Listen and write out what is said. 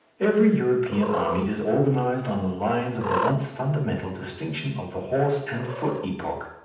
every european army is organized on the lines of the once fundamental distinction of the horse and foot epoch,